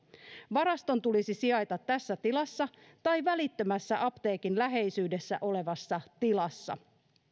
varaston tulisi sijaita tässä tilassa tai välittömässä apteekin läheisyydessä olevassa tilassa